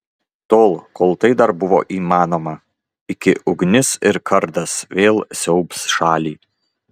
tol kol tai dar buvo įmanoma iki ugnis ir kardas vėl siaubs šalį